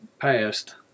past